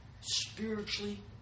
spiritually